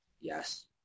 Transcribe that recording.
Yes